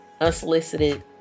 unsolicited